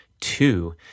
two